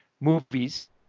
movies